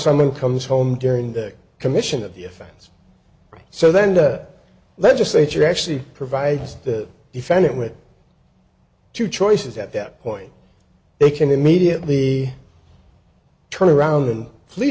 someone comes home during the commission of the offense so then the legislature actually provides the defendant with two choices at that point they can immediately turn around and